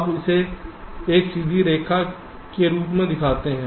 आप इसे एक सीधी रेखा के रूप में दिखाते हैं